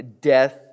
death